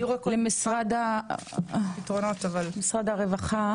משרד הרווחה